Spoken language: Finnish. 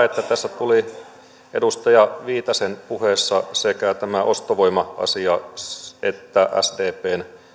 että edustaja viitasen puheessa tulivat sekä tämä ostovoima asia että sdpn